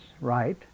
right